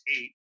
eight